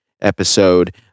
episode